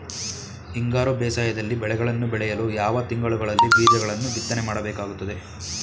ಹಿಂಗಾರು ಬೇಸಾಯದಲ್ಲಿ ಬೆಳೆಗಳನ್ನು ಬೆಳೆಯಲು ಯಾವ ತಿಂಗಳುಗಳಲ್ಲಿ ಬೀಜಗಳನ್ನು ಬಿತ್ತನೆ ಮಾಡಬೇಕಾಗುತ್ತದೆ?